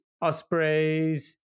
Osprey's